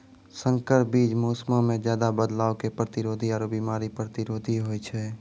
संकर बीज मौसमो मे ज्यादे बदलाव के प्रतिरोधी आरु बिमारी प्रतिरोधी होय छै